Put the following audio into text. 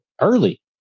early